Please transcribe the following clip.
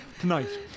tonight